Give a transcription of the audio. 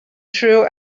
true